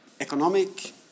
economic